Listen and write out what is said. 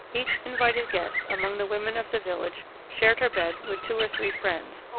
each invited guest among the women of the village shared her bed with two or three friends,